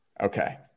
Okay